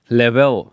level